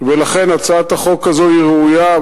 ולכן הצעת החוק הזאת היא ראויה,